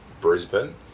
Brisbane